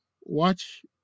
watch